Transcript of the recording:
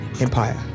empire